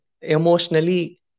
emotionally